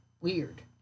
weird